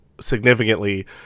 significantly